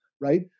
right